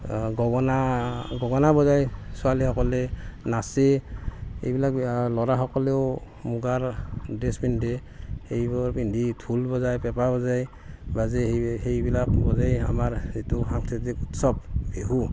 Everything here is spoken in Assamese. গগনা গগনা বজায় ছোৱালীসকলে নাচে এইবিলাক ল'ৰাসকলেও মুগাৰ ড্ৰেছ পিন্ধে এইবোৰ পিন্ধি ঢোল বজায় পেঁপা বজায় বাজে সেইবিলাক বজে আমাৰ সেইটো সাংস্কৃতিক উৎসৱ বিহু